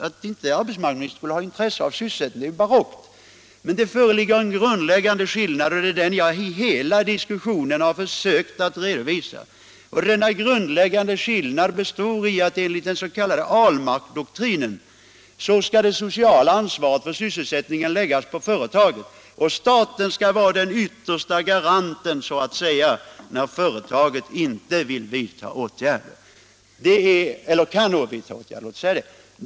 Att inte arbetsmarknadsministern skulle ha intresse av sysselsättningen är barockt. Men det föreligger en grundläggande skillnad, och det är den jag i hela diskussionen har försökt redovisa. Enligt den s.k. Ahlmarkdoktrinen skall det sociala ansvaret för sysselsättningen läggas på företagen, och staten skall vara den yttersta garanten, så att säga, när företaget inte vill — eller låt oss säga inte kan —- vidta åtgärder.